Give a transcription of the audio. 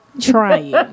trying